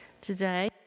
today